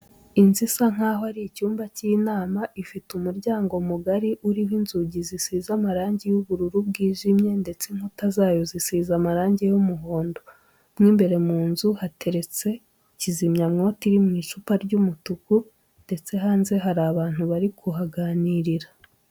Inzu isa n'aho ari icyumba cy'inama ifite umuryango mugari, uriho inzugi zisize amarange y'ubururu bwijimye ndetse inkuta zayo zisize amarange y'umuhondo. Mo imbere mu nzu hateretse kizimyamwoto iri mu icupa ry'umutuku ndetse hanze hari abantu bari kuhaganirira.